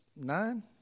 Nine